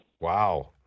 Wow